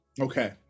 Okay